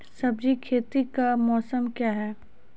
सब्जी खेती का मौसम क्या हैं?